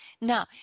Now